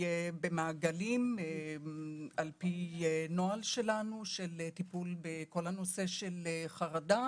במעגלים על פי נוהל של טיפול בכל נושא החרדה.